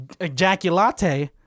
ejaculate